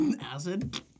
acid